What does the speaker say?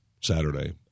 Saturday